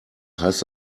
heißt